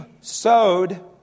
sowed